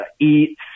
eat